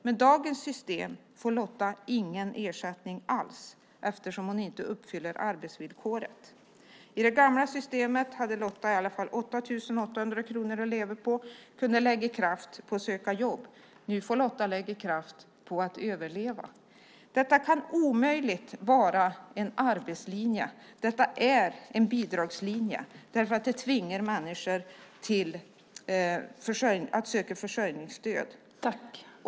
Med dagens system får Lotta ingen ersättning alls eftersom hon inte uppfyller arbetsvillkoret. I det gamla systemet hade Lotta i alla fall 8 800 kronor att leva på och kunde lägga kraft på att söka jobb. Nu får Lotta lägga kraft på att överleva. Detta kan omöjligt vara en arbetslinje. Detta är en bidragslinje därför att det tvingar människor att söka försörjningsstöd.